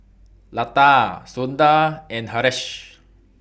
Lata Sundar and Haresh